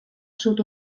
sud